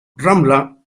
ramla